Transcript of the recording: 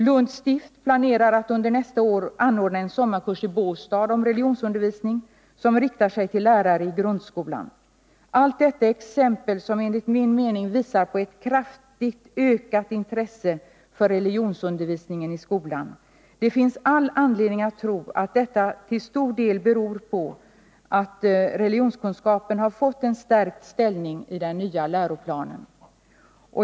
Lunds stift planerar att under nästa år anordna en sommarkurs i Båstad om religionsundervisning, som riktar sig till lärare i grundskolan. Allt detta är exempel som enligt min mening tyder på en kraftig ökning av intresset för religionsundervisning i skolan. Det finns all anledning att tro att detta till stor del beror på att religionskunskapen har fått en starkare ställning i den nya läroplanen.